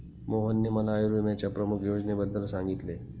मोहनने मला आयुर्विम्याच्या प्रमुख योजनेबद्दल सांगितले